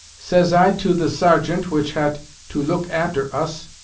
says i to the sergeant which hat to look after us,